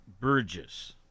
Burgess